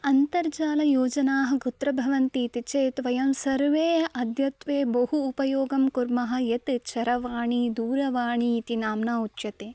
अन्तर्जालयोजनाः कुत्र भवन्ति इति चेत् वयं सर्वेः अद्यत्वे बहु उपयोगं कुर्मः यत् चरवाणी दूरवाणी इति नाम्ना उच्यते